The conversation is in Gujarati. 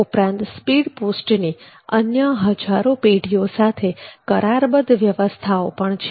ઉપરાંત સ્પીડ પોસ્ટની અન્ય હજારો પેઢીઓ સાથે કરારબદ્ધ વ્યવસ્થાઓ પણ છે